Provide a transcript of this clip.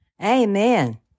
Amen